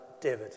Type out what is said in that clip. David